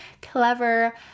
clever